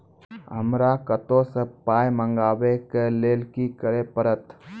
हमरा कतौ सअ पाय मंगावै कऽ लेल की करे पड़त?